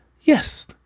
Yes